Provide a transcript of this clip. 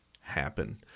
happen